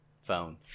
phone